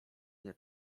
nie